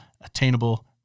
attainable